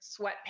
sweatpants